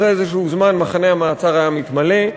אחרי איזשהו זמן מחנה המעצר היה מתמלא,